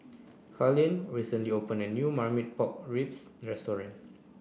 Carlene recently opened a new Marmite pork ribs restaurant